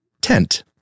tent